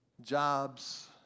jobs